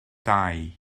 dau